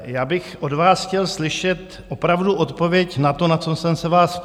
Já bych od vás chtěl slyšet opravdu odpověď na to, na co jsem se vás ptal.